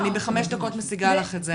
אני בחמש דקות משיגה לך את זה.